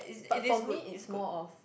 but for me is more of